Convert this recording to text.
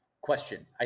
question